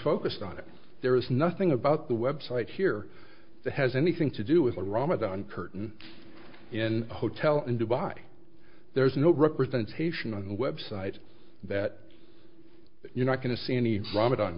focused on it there is nothing about the website here that has anything to do with a ramadan curtain in a hotel in dubai there's no representation on the web site that you're not going to see any ramadan